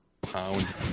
pound